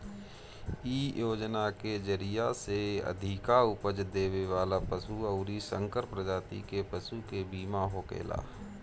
इ योजना के जरिया से अधिका उपज देवे वाला पशु अउरी संकर प्रजाति के पशु के बीमा होखेला